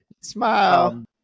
Smile